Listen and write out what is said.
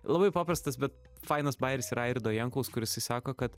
labai paprastas bet fainas bajeris yra airido jankaus kur jisai sako kad